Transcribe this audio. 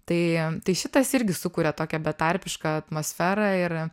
tai tai šitas irgi sukuria tokią betarpišką atmosferą ir